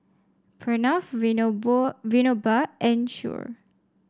Pranav Vinoba and Choor